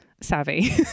savvy